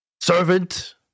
servant